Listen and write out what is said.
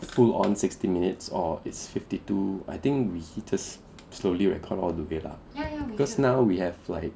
full on sixty minutes or its fifty two I think we just slowly record all the way lah cause now we have like